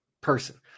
person